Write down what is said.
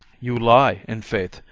you lie, in faith,